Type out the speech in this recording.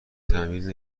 تعمیر